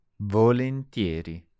Volentieri